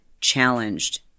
challenged